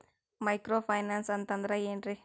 Micro finance ಅಂತಂದ್ರ ಏನ್ರೀ?